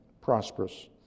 prosperous